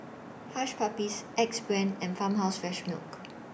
Hush Puppies Axe Brand and Farmhouse Fresh Milk